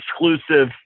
exclusive